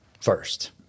first